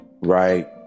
Right